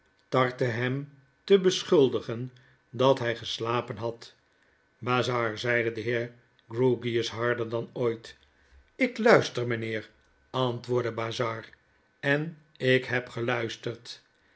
tartte hem te beschuldigen dat hy geslapen had bazzard zeide de heer grewgious harder dan ooit ik luister mynheer antwoordde bazzard en ik heb geluisterd